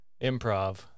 Improv